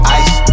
ice